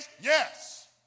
Yes